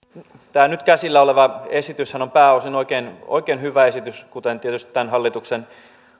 tämä nyt käsillä oleva esityshän on pääosin oikein oikein hyvä esitys kuten tietysti